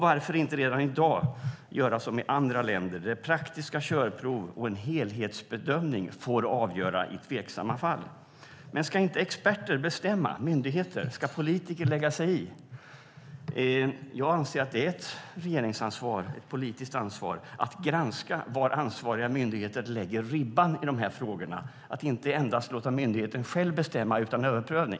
Varför inte redan i dag göra som i andra länder där praktiska körprov och en helhetsbedömning får avgöra i tveksamma fall? Men ska inte experter bestämma? Ska myndigheter och politiker lägga sig i? Jag anser att det är ett regeringsansvar och ett politiskt ansvar att granska var ansvariga myndigheter lägger ribban i dessa frågor och inte endast låta myndigheten själv bestämma utan överprövning.